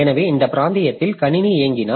எனவே இந்த பிராந்தியத்தில் கணினி இயங்கினால்